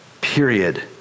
Period